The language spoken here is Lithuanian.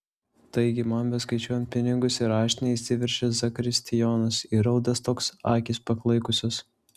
taigi man beskaičiuojant pinigus į raštinę įsiveržė zakristijonas įraudęs toks akys paklaikusios